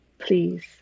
Please